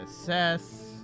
Assess